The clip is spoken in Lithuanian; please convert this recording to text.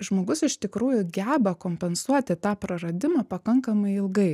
žmogus iš tikrųjų geba kompensuoti tą praradimą pakankamai ilgai